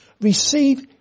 receive